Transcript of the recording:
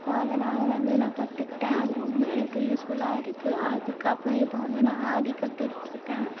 so அதனால் வந்து நான் கற்றுக்கிட்டேன் அது ரொம்ப எனக்கு யூஸ்ஃபுல்லாக இருக்குது அதுக்கு அப்பறம் இப்போ வந்து நான் ஆரி கற்றுக்கிட்ருக்கேன்